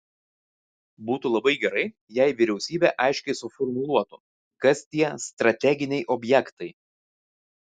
būtų labai gerai jei vyriausybė aiškiai suformuluotų kas tie strateginiai objektai